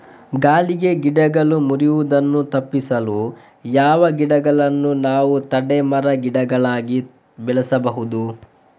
ಗಾಳಿಗೆ ಗಿಡಗಳು ಮುರಿಯುದನ್ನು ತಪಿಸಲು ಯಾವ ಗಿಡಗಳನ್ನು ನಾವು ತಡೆ ಮರ, ಗಿಡಗಳಾಗಿ ಬೆಳಸಬಹುದು?